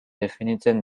definitzen